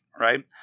right